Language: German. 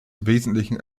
wesentlichen